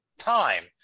Time